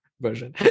version